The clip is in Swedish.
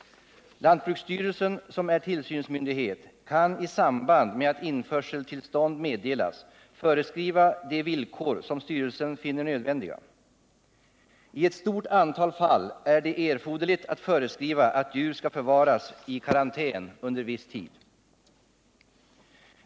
Lantbruksstyrelsen, som är tillsynsmyndighet, kan i samband med att införseltillstånd meddelas föreskriva de villkor som styrelsen finner nödvändiga. I ett stort antal fall är det erforderligt att föreskriva att djur skall förvaras i karantän under viss tid.